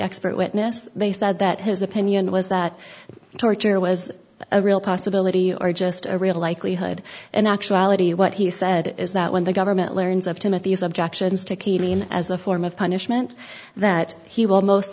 expert witness they said that his opinion was that torture was a real possibility or just a real likelihood and actuality what he said is that when the government learns of timothy's objections to khelein as a form of punishment that he will most